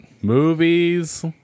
movies